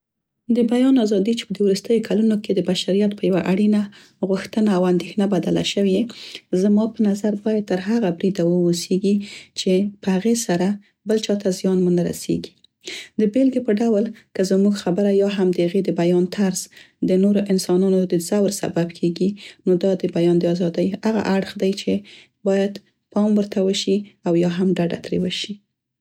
.د بیان ازادي چې په دې وروستیو کلونو کې د بشریت په یوه اړینه غوښتنه او اندیښنه بدله شوې زما په نظر باید تر هغه بریده واوسیګي چې په هغې سره بل چاته زیان ونه رسیګي د بیلګې په ډول که زموږ خبره، یا هم د هغې د بیان طرز د نورو انسانانو د ځور سبب کیګي نو دا د بیان د ازادۍ هغه اړخ دی چې باید پام ورته وشي او یا هم ډه ډه ترې وشي.